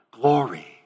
glory